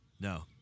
No